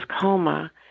coma